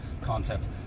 concept